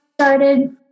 started